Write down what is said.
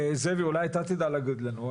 זאב אתה אולי תדע להגיד לנו,